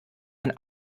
ein